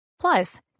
Plus